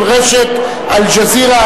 ברשת "אל-ג'זירה"